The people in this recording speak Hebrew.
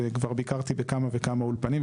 וכבר ביקרתי כמה וכמה אולפנים,